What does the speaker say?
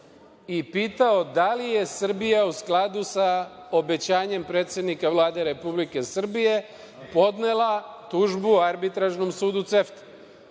i pitao da li je Srbija u skladu sa obećanjem predsednika Vlade Republike Srbije podnela tužbu Arbitražnom sudu CEFTA?